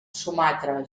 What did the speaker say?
sumatra